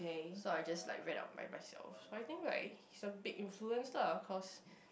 so I just like read up by myself so I think like he's a big influence lah cause